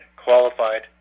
qualified